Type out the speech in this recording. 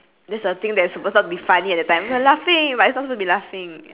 this the thing that is supposed not to be funny at that time we're laughing but we are not supposed to be laughing